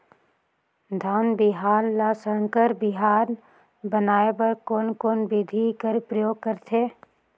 धान बिहान ल संकर बिहान बनाय बर कोन कोन बिधी कर प्रयोग करथे?